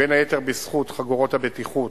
בין היתר בזכות חגורות הבטיחות,